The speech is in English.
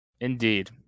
Indeed